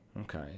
Okay